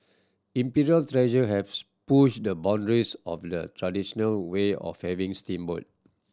Imperial Treasure has pushed the boundaries of the traditional way of having steamboat